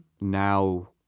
now